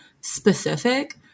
specific